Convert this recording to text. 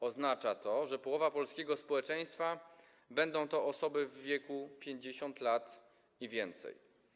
Oznacza to, że połowa polskiego społeczeństwa to będą osoby w wieku 50 lat i więcej.